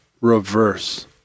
reverse